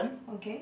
okay